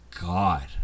God